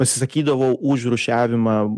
pasisakydavau už rūšiavimą